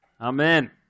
amen